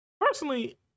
personally